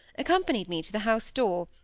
accompanied me to the house-door,